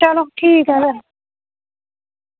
चलो ठीक ऐ फिर